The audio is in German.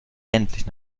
endlich